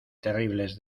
terribles